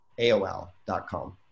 AOL.com